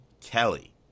Kelly